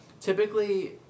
typically